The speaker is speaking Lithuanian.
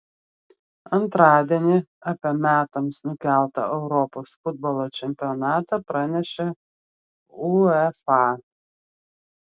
antradienį apie metams nukeltą europos futbolo čempionatą pranešė uefa